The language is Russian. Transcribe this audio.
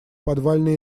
подвальный